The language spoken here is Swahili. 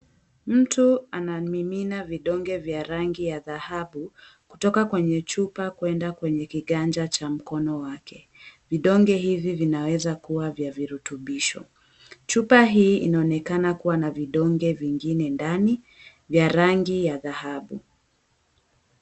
Mtu anamimina vidonge vya rangi ya dhahabu kutoka kwenye chupa kwenda kwenye kiganja cha mkono wake. Vidonge hivi vinaweza kuwa vya virutubisho. Chupa hii inaonekana kuwa na vidonge vingine ndani vya rangi ya dhahabu.